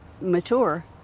mature